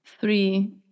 three